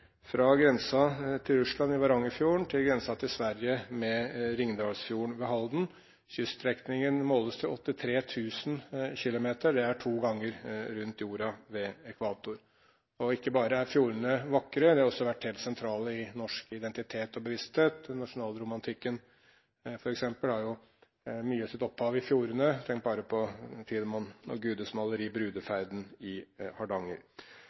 fra grensen til Russland i Varangerfjorden til grensen til Sverige med Ringdalfjorden ved Halden. Kyststrekningen måles til 83 000 km. Det er to ganger rundt jorda ved ekvator. Ikke bare er fjordene vakre – de har også vært helt sentrale i norsk identitet og bevissthet. Nasjonalromantikken, f.eks., har jo mye av sitt opphav i fjordene. Tenk bare på Tidemand og Gudes maleri «Brudeferden i Hardanger».